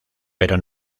pero